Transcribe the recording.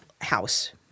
house